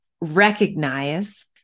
recognize